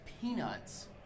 peanuts